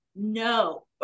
No